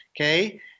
okay